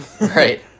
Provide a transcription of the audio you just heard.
Right